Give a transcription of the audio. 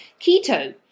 Keto